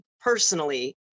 personally